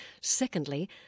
Secondly